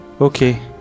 Okay